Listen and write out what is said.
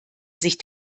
sich